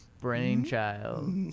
Brainchild